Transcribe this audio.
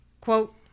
Quote